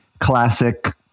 classic